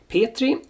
Petri